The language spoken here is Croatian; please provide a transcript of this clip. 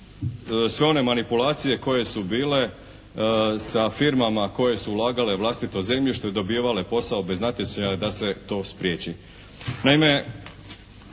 sve one manipulacije koje su bile sa firmama koje su ulagale vlastito zemljište, dobivale posao bez natječaja da se to spriječi.